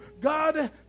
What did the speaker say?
God